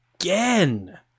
again